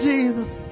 Jesus